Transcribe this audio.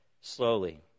slowly